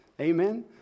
Amen